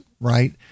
right